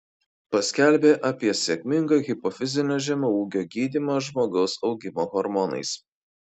paskelbė apie sėkmingą hipofizinio žemaūgio gydymą žmogaus augimo hormonais